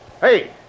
Hey